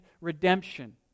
redemption